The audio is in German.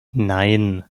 nein